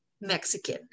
mexican